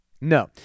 No